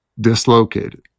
dislocated